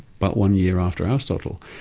but one year after aristotle,